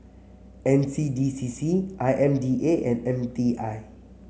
N C D C C I M D A and M D I